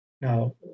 Now